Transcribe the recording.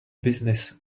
business